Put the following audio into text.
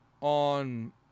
on